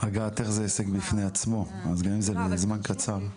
הגעתך זה הישג בפני עצמו, אז גם אם זה לזמן קצר,